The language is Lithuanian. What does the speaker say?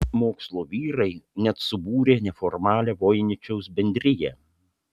mokslo vyrai net subūrė neformalią voiničiaus bendriją